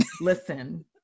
Listen